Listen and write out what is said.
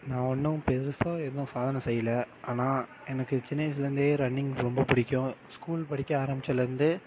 நான் ஒன்றும் பெரிசா எதுவும் சாதனை செய்யல ஆனால் எனக்கு சின்ன வயசுலேருந்தே ரன்னிங் ரொம்ப பிடிக்கும் ஸ்கூல் படிக்க ஆரமித்ததுலேந்து